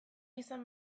izan